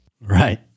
Right